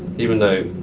even though